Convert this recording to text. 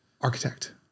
architect